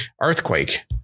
earthquake